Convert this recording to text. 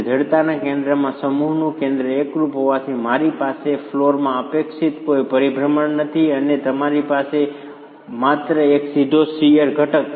જડતાના કેન્દ્રમાં સમૂહનું કેન્દ્ર એકરુપ હોવાથી મારી પાસે ફ્લોરમાં અપેક્ષિત કોઈ પરિભ્રમણ નથી અને તમારી પાસે માત્ર એક સીધો શીયર ઘટક છે